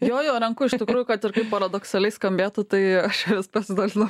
jo jo renku iš tikrųjų kad ir kaip paradoksaliai skambėtų tai aš pasidalinu